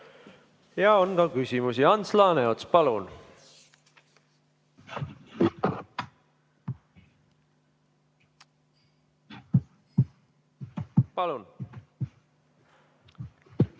On ka küsimusi. Ants Laaneots, palun! Palun!